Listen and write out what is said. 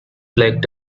lacked